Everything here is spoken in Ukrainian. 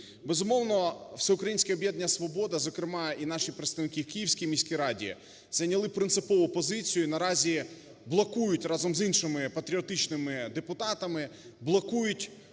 Безумовно, "Всеукраїнське об'єднання "Свобода", зокрема і наші представники в Київській міській раді, зайняли принципову позицію і наразі блокують разом з іншими патріотичними депутатами, блокують